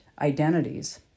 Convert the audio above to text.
identities